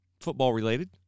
Football-related